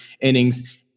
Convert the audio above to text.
innings